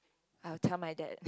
I'll tell my dad